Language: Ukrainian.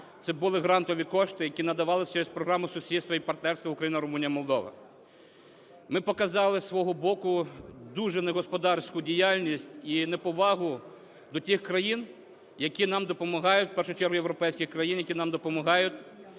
це були грантові кошти, які надавались через Програму сусідства і партнерства "Україна-Румунія-Молдова". Ми показали зі свого боку дуже негосподарську діяльність і неповагу до тих країн, які нам допомагають, в першу чергу європейських країн, які нам допомагають